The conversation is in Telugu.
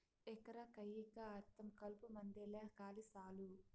ఎకరా కయ్యికా అర్థం కలుపుమందేలే కాలి సాలు